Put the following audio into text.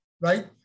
Right